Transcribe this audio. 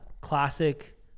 classic